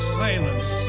silence